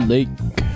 Lake